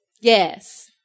Yes